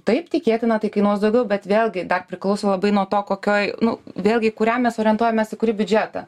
taip tikėtina tai kainuos daugiau bet vėlgi dar priklauso labai nuo to kokioj nu vėlgi į kurią mes orientuojamės į kurį biudžetą